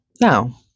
now